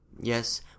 Yes